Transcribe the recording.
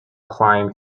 climb